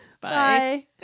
Bye